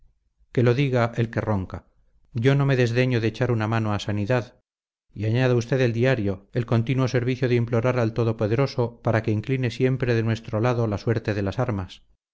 que lo diga el que ronca yo no me desdeño de echar una mano a sanidad y añada usted el diario el continuo servicio de implorar al todopoderoso para que incline siempre de nuestro lado la suerte de las armas